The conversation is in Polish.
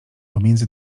pomiędzy